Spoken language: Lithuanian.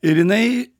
ir jinai